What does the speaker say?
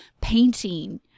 painting